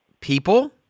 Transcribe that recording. People